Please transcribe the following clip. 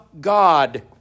God